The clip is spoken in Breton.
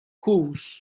kozh